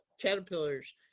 caterpillars